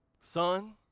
son